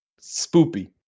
spoopy